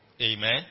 amen